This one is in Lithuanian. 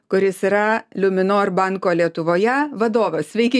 kuris yra luminor banko lietuvoje vadovas sveiki